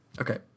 Okay